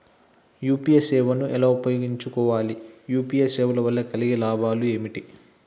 UPI సేవను ఎలా ఉపయోగించు కోవాలి? యూ.పీ.ఐ సేవల వల్ల కలిగే లాభాలు ఏమిటి?